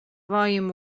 volume